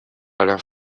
alain